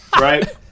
right